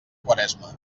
quaresma